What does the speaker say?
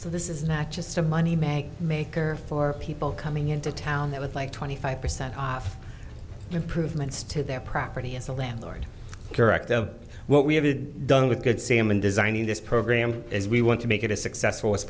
so this is not just a money maker maker for people coming into town that would like twenty five percent off improvements to their property as a landlord correct of what we have done with good sam in designing this program as we want to make it as successful as